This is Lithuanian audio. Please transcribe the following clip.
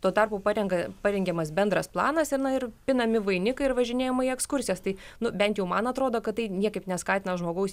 tuo tarpu parenka parengiamas bendras planas ir pinami vainikai ir važinėjama į ekskursijas tai nu bent jau man atrodo kad tai niekaip neskatina žmogaus